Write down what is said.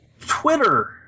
Twitter